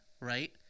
right